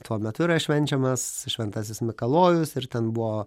tuo metu yra švenčiamas šventasis mikalojus ir ten buvo